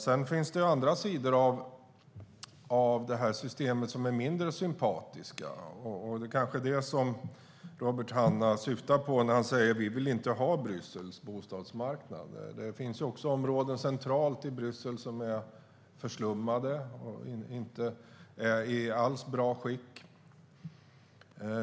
Sedan finns det andra sidor av systemet som är mindre sympatiska, och det är kanske det som Robert Hannah syftar på när han säger: "Vi vill inte ha Bryssels bostadsmarknad". Det finns områden centralt i Bryssel som är förslummade och inte alls i bra skick.